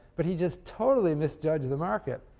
but he just totally misjudged the market,